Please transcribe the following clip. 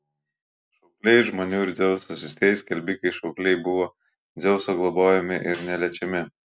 šaukliai žmonių ir dzeuso siųstieji skelbikai šaukliai buvo dzeuso globojami ir neliečiami